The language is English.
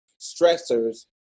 stressors